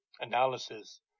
analysis